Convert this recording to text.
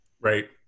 Right